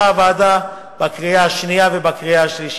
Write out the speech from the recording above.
הוועדה בקריאה השנייה ובקריאה השלישית.